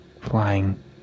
flying